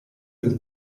del